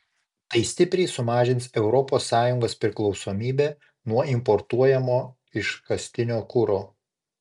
tai stipriai sumažins europos sąjungos priklausomybę nuo importuojamo iškastinio kuro